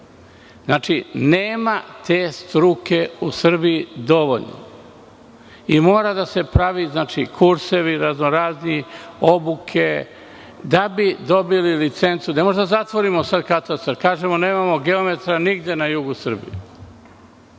Znači, nema te struke u Srbiji dovoljno. Mora da se prave kursevi raznorazni, obuke da bi dobili licencu. Ne možemo da zatvorimo sada katastra, da kažemo – nemamo geometra nigde na jugu Srbije.